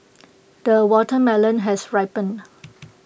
the watermelon has ripened